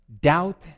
doubt